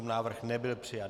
Návrh nebyl přijat.